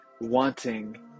wanting